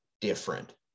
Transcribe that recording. different